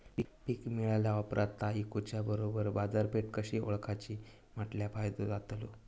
पीक मिळाल्या ऑप्रात ता इकुच्या बरोबर बाजारपेठ कशी ओळखाची म्हटल्या फायदो जातलो?